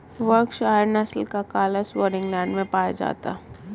Berkshire नस्ल का काला सुअर इंग्लैण्ड में पाया जाता है